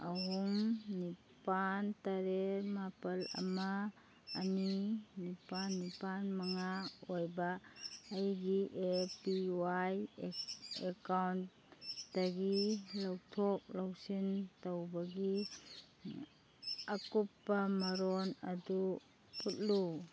ꯑꯍꯨꯝ ꯅꯤꯄꯥꯜ ꯇꯔꯦꯠ ꯃꯥꯄꯜ ꯑꯃ ꯑꯅꯤ ꯅꯤꯄꯥꯜ ꯅꯤꯄꯥꯜ ꯃꯉꯥ ꯑꯣꯏꯕ ꯑꯩꯒꯤ ꯑꯦ ꯄꯤ ꯌꯥꯏ ꯑꯦꯀꯥꯎꯟꯗꯒꯤ ꯂꯧꯊꯣꯛ ꯂꯧꯁꯤꯟ ꯇꯧꯕꯒꯤ ꯑꯀꯨꯞꯄ ꯃꯔꯣꯜ ꯑꯗꯨ ꯎꯠꯂꯨ